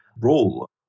role